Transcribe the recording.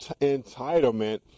entitlement